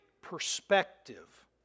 perspective